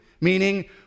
meaning